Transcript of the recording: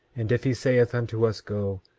and if he saith unto us go,